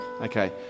okay